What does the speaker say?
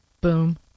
Boom